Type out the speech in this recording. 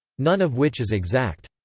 none of which is exact.